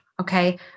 okay